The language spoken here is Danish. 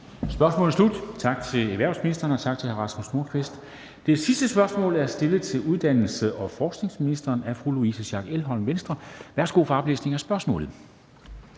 Spørgsmålet er slut. Tak til erhvervsministeren, og tak til hr. Rasmus Nordqvist. Det sidste spørgsmål er stillet til uddannelses- og forskningsministeren af fru Louise Schack Elholm, Venstre. Kl. 13:49 Spm. nr.